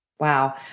Wow